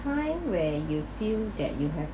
find when you feel that you have